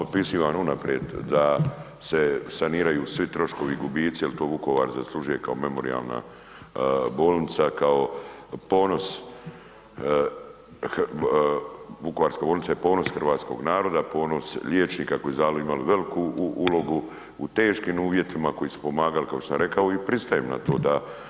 Odmah potpisujem unaprijed da se saniraju svi troškovi i gubici jer to Vukovar zaslužuje kao memorijalna bolnica, kao ponos, Vukovarska bolnica je ponos hrvatskoga naroda, ponos liječnika koji su dali, imali veliku ulogu u teškim uvjetima, koji su pomagali kao što sam rekao i pristajem na to da.